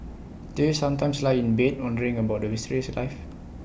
do you sometimes lie in bed wondering about the mysteries of life